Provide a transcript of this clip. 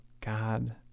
God